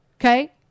okay